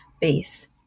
base